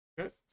Okay